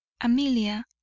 amelia